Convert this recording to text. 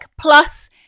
plus